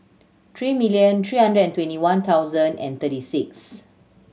three million three hundred and twenty one thousand and thirty six